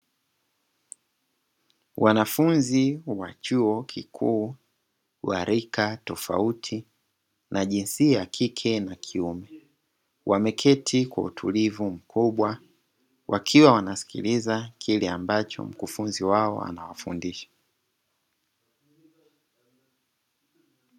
Wanafunzi wa chuo kikuu wa rika tofauti wa jinsia ya kike na kiume, wameketi kwa utulivu kabisa wakiwa wanasikiliza kile mkufunzi wao anawafundisha.